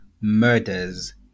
murders